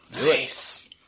Nice